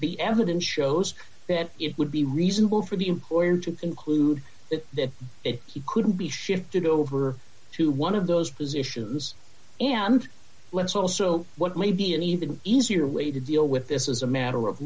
be evidence shows that it would be reasonable for the employer to conclude that if he couldn't be shifted over to one of those positions and let's also what may be an even easier way to deal with this is a matter of